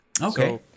Okay